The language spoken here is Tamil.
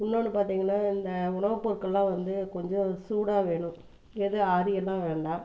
இன்னொன்னு பார்த்திங்கன்னா இந்த உணவுப்பொருட்கள்லாம் வந்து கொஞ்சம் சூடாக வேணும் எதும் ஆறியெல்லாம் வேண்டாம்